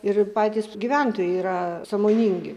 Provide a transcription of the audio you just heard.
ir patys gyventojai yra sąmoningi